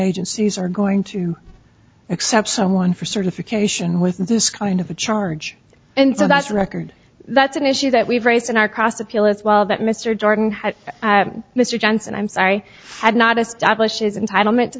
agencies are going to accept someone for certification with this kind of a charge and so that's a record that's an issue that we've raised in our cross appeal as well that mr jordan had mr johnson i'm sorry had not establishes in title meant to